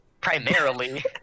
primarily